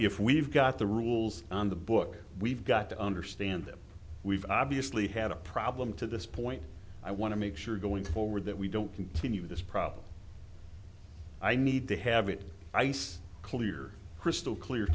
if we've got the rules on the books we've got to understand that we've obviously had a problem to this point i want to make sure going forward that we don't continue this problem i need to have it ice clear crystal clear